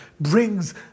brings